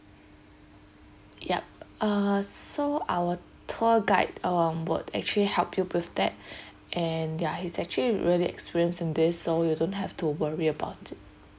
yup uh so our tour guide um would actually help you with that and ya he's actually really experienced in this so you don't have to worry about it